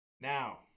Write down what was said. Now